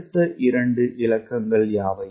அடுத்த 2 இலக்கங்கள் யாவை